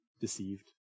deceived